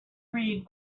read